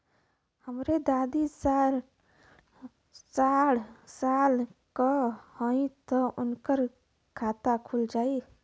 हमरे दादी साढ़ साल क हइ त उनकर खाता खुल जाई?